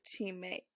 teammate